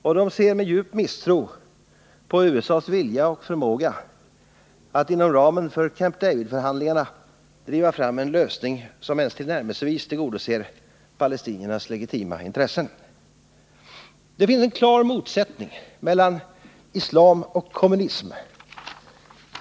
Och de ser med djup misstro på USA:s vilja och förmåga att inom ramen för Camp David-förhandlingarna driva fram en lösning som ens tillnärmelsevis tillgodoser palestiniernas legitima intressen. Det finns en klar motsättning mellan islam och kommunism.